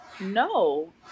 No